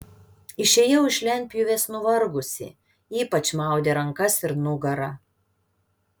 išėjau iš lentpjūvės nuvargusi ypač maudė rankas ir nugarą